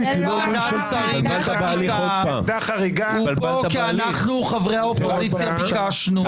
אנחנו חברי האופוזיציה ביקשנו.